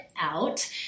out